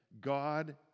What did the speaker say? God